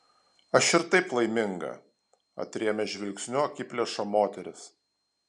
aš ir taip laiminga atrėmė žvilgsniu akiplėšą moteris